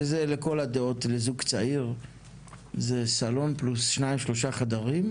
שזה לכל הדעות לזוג צעיר זה סלון פלוס שניים-שלושה חדרים,